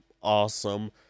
awesome